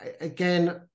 Again